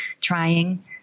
trying